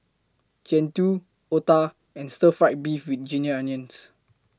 Jian Dui Otah and Stir Fry Beef with Ginger Onions